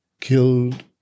killed